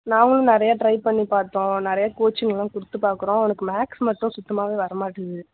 நாங்களும் நிறையா டிரை பண்ணி பார்த்தோம் நறையா கோச்சிங் எல்லாம் கொடுத்து பார்க்கறோம் அவனுக்கு மேக்ஸ் மட்டும் சுத்தமாகவே வர மாட்டுது